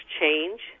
change